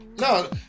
No